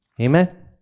Amen